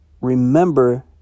remember